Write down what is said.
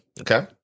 Okay